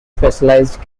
specialised